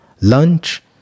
lunch